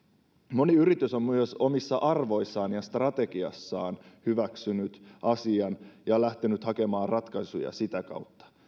moni yritys on myös omissa arvoissaan ja strategiassaan hyväksynyt asian ja lähtenyt hakemaan ratkaisuja sitä kautta